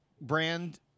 brand